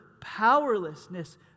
powerlessness